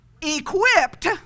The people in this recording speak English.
equipped